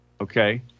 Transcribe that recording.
okay